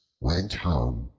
went home,